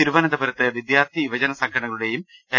തിരുവനന്തപുരത്ത് വിദ്യാർത്ഥി യുവജന സംഘടനകളുടെയും എൻ